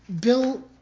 Bill